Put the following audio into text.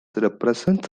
represents